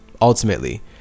ultimately